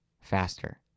faster